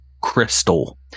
crystal